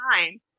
time